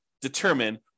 determine